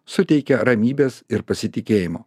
suteikia ramybės ir pasitikėjimo